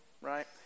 right